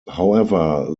however